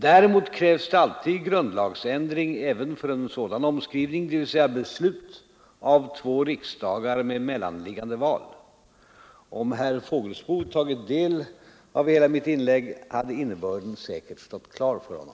Däremot krävs det alltid grundlagsändring även för en sådan omskrivning, dvs. beslut av två riksdagar med mellanliggande val. Om herr Fågelsbo tagit del av hela mitt inlägg hade innebörden säkert stått klar för honom.